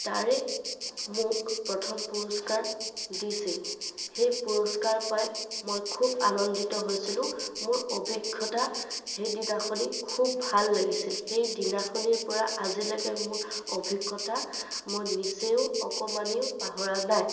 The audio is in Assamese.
তাৰে মোক প্ৰথম পুৰস্কাৰ দিছিল সেই পুৰস্কাৰ পাই মই খুব আনন্দিত হৈছিলোঁ মোৰ অভিজ্ঞতা সেই দিনাখনি খুব ভাল লাগিছিল সেই দিনাখনিৰ পৰা আজিলৈকে মোৰ অভিজ্ঞতা মই নিচেও অকণমানো পাহৰা নাই